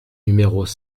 numéros